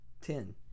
ten